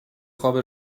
خواب